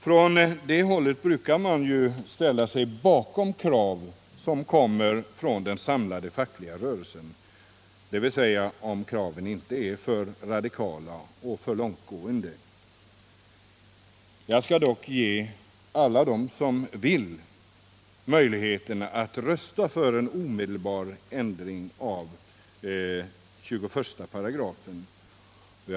Från det hållet brukar man ju ställa sig bakom krav som kommer från den samlade fackliga rörelsen, dvs. om kraven inte är för radikala och för långtgående. Jag skall dock ge alla som vill möjlighet att rösta för en omedelbar ändring av 215.